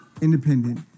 independent